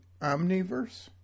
omniverse